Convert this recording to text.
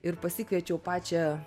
ir pasikviečiau pačią